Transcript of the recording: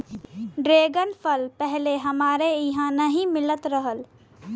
dragon फल पहिले हमरे इहाँ नाही मिलत रहल